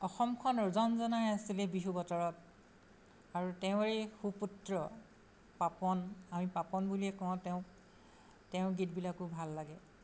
অসমখন ৰজনজনাই আছিলে বিহু বতৰত আৰু তেওঁৰেই সুপুত্ৰ পাপন আমি পাপন বুলিয়েই কওঁ তেওঁক তেওঁ গীতবিলাকো ভাল লাগে